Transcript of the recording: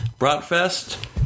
Bratfest